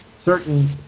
certain